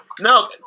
No